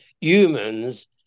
humans